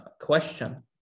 question